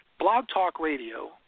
blogtalkradio